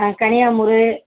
ஆ கனியாமுறு